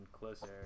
closer